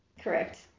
Correct